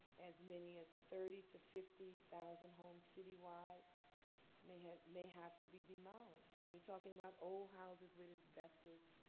as many as thirty thousand to fifty thousand homes citywide may have may have to be demolished. and you're talking about old houses with asbestos,